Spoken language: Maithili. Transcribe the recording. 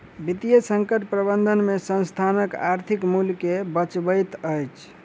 वित्तीय संकट प्रबंधन में संस्थानक आर्थिक मूल्य के बचबैत अछि